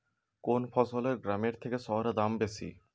কোন ফসলের গ্রামের থেকে শহরে দাম বেশি?